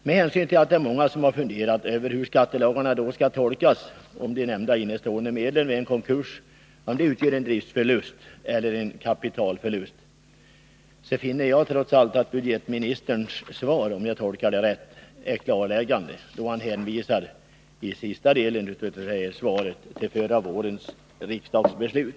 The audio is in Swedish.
Med hänsyn till att många har funderat över hur skattelagarna skall tolkas, om de innestående medlen vid en konkurs utgör en driftförlust eller en kapitalförlust, finner jag trots allt att budgetministerns svar — om jag tolkar det rätt — är klarläggande då han i sista delen av svaret hänvisar till förra vårens riksdagsbeslut.